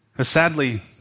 Sadly